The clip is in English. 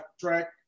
track